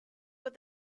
were